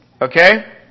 Okay